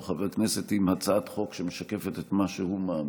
או חבר כנסת עם הצעת חוק שמשקפת את מה שהוא מאמין,